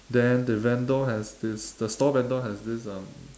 then the vendor has this the store vendor has this um